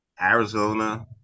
Arizona